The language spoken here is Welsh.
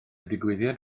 digwyddiad